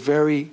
a very